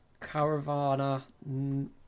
caravana